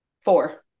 Four